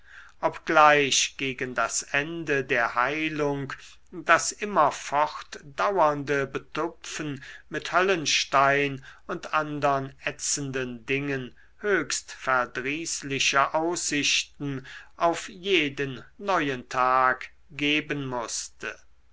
obgleich gegen das ende der heilung das immer fortdauernde betupfen mit höllenstein und andern ätzenden dingen höchst verdrießliche aussichten auf jeden neuen tag geben mußte